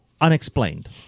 unexplained